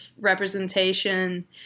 representation